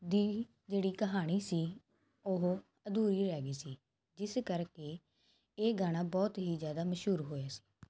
ਦੀ ਜਿਹੜੀ ਕਹਾਣੀ ਸੀ ਉਹ ਅਧੂਰੀ ਰਹਿ ਗਈ ਸੀ ਜਿਸ ਕਰਕੇ ਇਹ ਗਾਣਾ ਬਹੁਤ ਹੀ ਜਿਆਦਾ ਮਸ਼ਹੂਰ ਹੋਇਆ ਸੀ